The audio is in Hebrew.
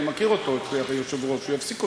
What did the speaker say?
אני מכיר אותו, היושב-ראש, הוא יפסיק אותי.